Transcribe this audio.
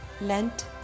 Lent